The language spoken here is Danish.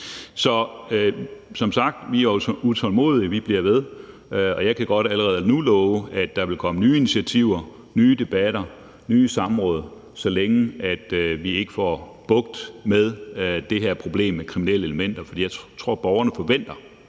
Som sagt er vi utålmodige og bliver ved, og jeg kan godt allerede nu love, at der vil komme nye initiativer, nye debatter, nye samråd, så længe vi ikke har fået bugt med det her problem om kriminelle elementer. Jeg tror, at borgerne forventer,